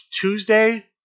Tuesday